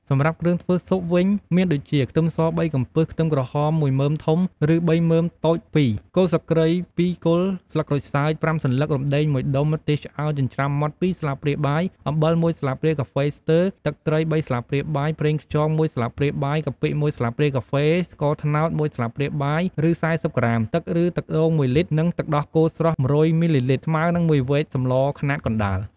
សម្រាប់គ្រឿងធ្វើស៊ុបវិញ មានដូចជា ខ្ទឹមស ៣ កំពឹស ខ្ទឹមក្រហម១មើមធំ ឬ ៣មើមតូច២ គល់ស្លឹកគ្រៃ ២ គល់ ស្លឹកក្រូចសើច ៥សន្លឹក រំដឹង ១ដុំ ម្ទេសឆ្អើរចិញ្ច្រាំម៉ដ្ឋ ២ស្លាបព្រាបាយ អំបិល ១ស្លាបព្រាកាហ្វេស្ទើរ ទឹកត្រី ៣ស្លាបព្រាបាយ ប្រេងខ្យង ១ស្លាបព្រាបាយ កាពិ ១ស្លាបព្រាកាហ្វេ ស្ករត្នោត ១ស្លាបព្រាបាយ ឬ ៤០ក្រាម ទឹក ឬ ទឹកដូង ១លីត្រ និង ទឹកដោះគោស្រស់ ១០០ មីលីលីត្រ ស្មើនឹង ១វែកសម្លខ្នាតកណ្ដាល។